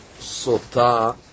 Sota